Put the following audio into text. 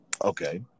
Okay